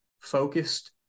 focused